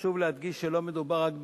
וחשוב להדגיש שלא מדובר רק במסורבות,